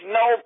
no